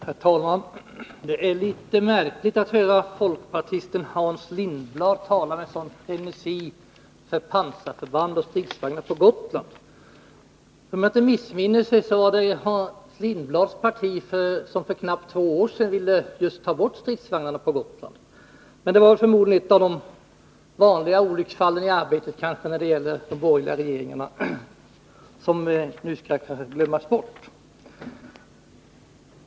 Herr talman! Det är litet märkligt att höra folkpartisten Hans Lindblad med en sådan frenesi tala för pansarförband och stridsvagnar på Gotland. Om jag inte missminner mig var det Hans Lindblads parti som för knappt två år sedan ville ta bort just stridsvagnarna på Gotland. Men det var förmodligen ett av de vanliga olycksfallen i arbetet för de borgerliga regeringarna och något som nu skall glömmas bort.